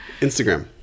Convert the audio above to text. instagram